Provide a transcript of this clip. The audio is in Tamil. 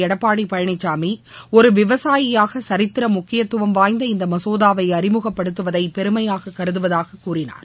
எடப்பாடி பழனிசாமி ஒரு விவசாயியாக சரித்திர முக்கியத்துவம் வாய்ந்த இந்த மசோதாவை அறிமுகப்படுத்துவதை பெருமையாக கருதுவதாக கூறினார்